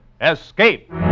Escape